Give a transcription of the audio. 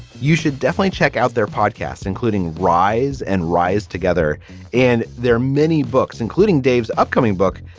you should definitely check out their podcasts, including rise and rise together and their many books, including dave's upcoming book,